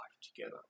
together